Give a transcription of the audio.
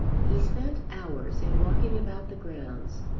he spent hours in walking about the grounds,